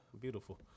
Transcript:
beautiful